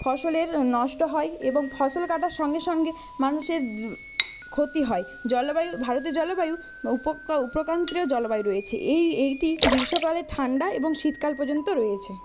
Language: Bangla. ফসলের নষ্ট হয় এবং ফসল কাটার সঙ্গে সঙ্গে মানুষের ক্ষতি হয় জলবায়ু ভারতের জলবায়ু উপক্রান্তীয় জলবায়ু রয়েছে এই এইটি গ্রীষ্মকালে ঠান্ডা এবং শীতকাল পর্যন্ত রয়েছে